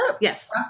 Yes